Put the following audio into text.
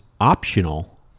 optional